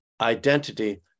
identity